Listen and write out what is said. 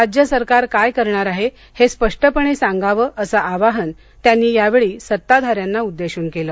राज्य सरकार काय करणार आहे हे स्पष्टपणे सांगावं असं आवाहन त्यांनी यावेळी सत्ताधाऱ्यांना उद्देशून केलं